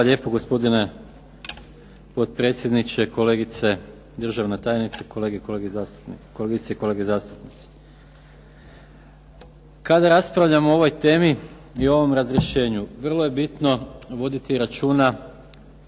lijepa. Gospodine potpredsjedniče, kolegice državna tajnice, kolegice i kolege zastupnici. Kada raspravljamo o ovoj temi i ovom razrješenju vrlo je bitno voditi računa